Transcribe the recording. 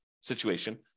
situation